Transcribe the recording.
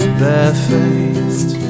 barefaced